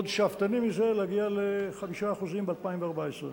ועוד שאפתני מזה להגיע ל-5% ב-2014.